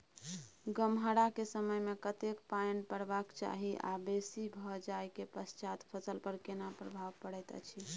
गम्हरा के समय मे कतेक पायन परबाक चाही आ बेसी भ जाय के पश्चात फसल पर केना प्रभाव परैत अछि?